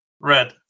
Red